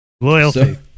loyalty